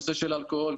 נושא של אלכוהול,